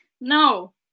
no